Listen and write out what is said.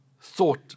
thought